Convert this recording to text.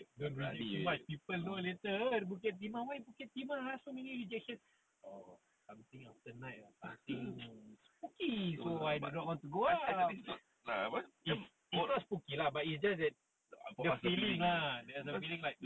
actually it's not ah apa for us the feeling ah cause